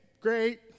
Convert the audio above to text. great